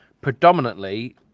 predominantly